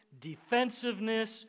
defensiveness